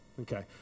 Okay